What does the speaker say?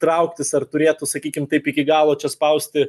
trauktis ar turėtų sakykim taip iki galo čia spausti